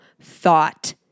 thought